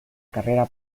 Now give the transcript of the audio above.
carrera